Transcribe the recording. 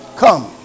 Come